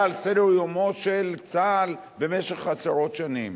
על סדר-יומו של צה"ל במשך עשרות שנים.